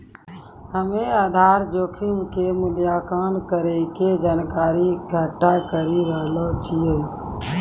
हम्मेआधार जोखिम के मूल्यांकन करै के जानकारी इकट्ठा करी रहलो छिऐ